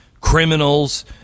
criminals